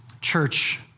Church